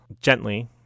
gently